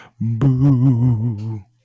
Boo